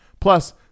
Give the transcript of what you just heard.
Plus